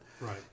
right